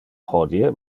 hodie